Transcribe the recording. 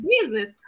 business